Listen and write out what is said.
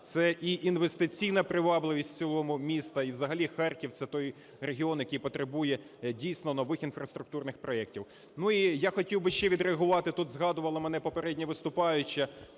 це і інвестиційна привабливість в цілому міста. І взагалі Харків – це той регіон, який потребує дійсно нових інфраструктурних проектів. Ну і я хотів би ще відреагувати, тут згадувала мене попередня виступаюча,